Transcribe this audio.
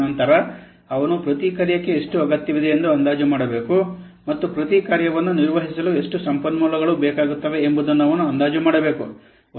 ನಂತರ ಅವನು ಪ್ರತಿ ಕಾರ್ಯಕ್ಕೆ ಎಷ್ಟು ಅಗತ್ಯವಿದೆಯೆಂದು ಅಂದಾಜು ಮಾಡಬೇಕು ಮತ್ತು ಪ್ರತಿ ಕಾರ್ಯವನ್ನು ನಿರ್ವಹಿಸಲು ಎಷ್ಟು ಸಂಪನ್ಮೂಲಗಳು ಬೇಕಾಗುತ್ತವೆ ಎಂಬುದನ್ನು ಅವನು ಅಂದಾಜು ಮಾಡಬೇಕು